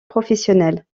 professionnelle